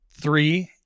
three